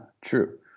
True